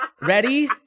ready